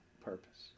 purpose